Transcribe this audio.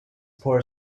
poor